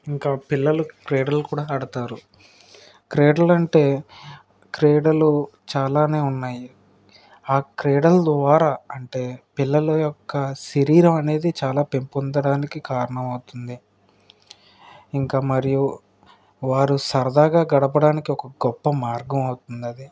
ఇంకా పిల్లలు క్రీడలు కూడా ఆడతారు క్రీడలు అంటే క్రీడలు చాలానే ఉన్నాయి ఆ క్రీడలు ద్వారా అంటే పిల్లలు యొక్క శరీరం అనేది చాలా పెంపొందడానికి కారణం అవుతుంది ఇంకా మరియు వారు సరదాగా గడపడానికి ఒక గొప్ప మార్గం అవుతుందది